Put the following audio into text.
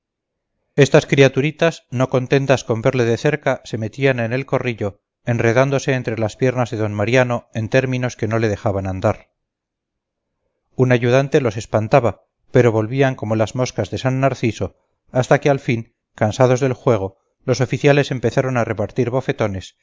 estas criaturitas no contentas con verle de cerca se metían en el corrillo enredándose entre las piernas de d mariano en términos que no le dejaban andar un ayudante las espantaba pero volvían como las moscas de san narciso hasta que al fin cansados del juego los oficiales empezaron a repartir bofetones